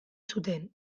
zuten